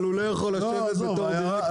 אבל הוא לא יכול לשבת בתור דירקטור.